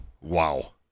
Wow